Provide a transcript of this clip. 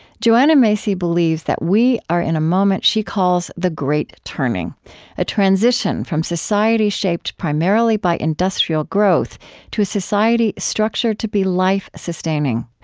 joanna macy believes that we are in a moment she calls the great turning a transition from society shaped primarily by industrial growth to a society structured to be life-sustaining.